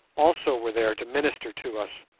also were there to minister to us,